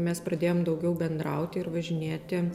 mes pradėjom daugiau bendrauti ir važinėti